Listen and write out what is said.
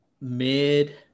mid